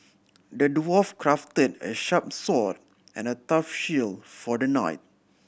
the dwarf crafted a sharp sword and a tough shield for the knight